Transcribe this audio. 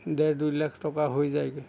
ডেৰ দুই লাখ টকা হৈ যায়গৈ